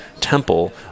temple